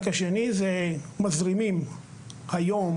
מזרימים היום,